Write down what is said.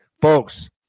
Folks